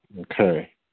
Okay